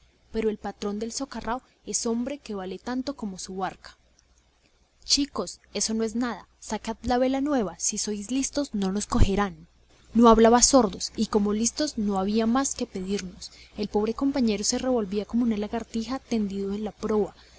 pero el patrón de el socarrao es hombre que vale tanto como su barca chicos eso no es nada sacad la vela nueva si sois listos no nos cogerán no hablaba a sordos y como listos no había más que pedirnos el pobre compañero se revolvía como una lagartija tendido en la proa